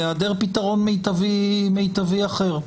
בהיעדר פתרון מיטבי אחר,